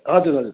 हजुर हजुर